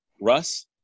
Russ